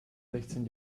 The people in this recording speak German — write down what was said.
sechzehn